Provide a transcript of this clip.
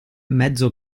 mezzo